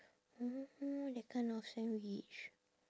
orh that kind of sandwich